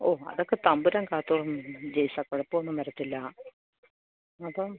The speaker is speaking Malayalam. ഓ അതൊക്കെ തമ്പുരാൻ കാത്തോളും ജെയ്സാ കുഴപ്പമൊന്നും വരത്തില്ല അപ്പം